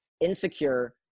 Insecure